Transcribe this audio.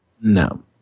no